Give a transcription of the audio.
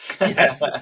Yes